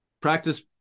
practice